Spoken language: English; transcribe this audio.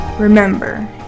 Remember